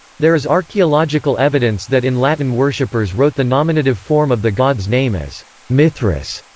there is archaeological evidence that in latin worshippers wrote the nominative form of the god's name as mithras.